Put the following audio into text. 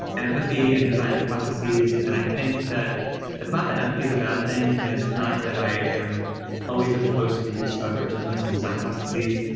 empathy and design processes. and i think that it's not that empathy is a bad thing, and it's not that i am always opposed to the use of personas and design processes,